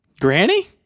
Granny